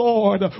Lord